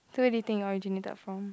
so where do you think it originated from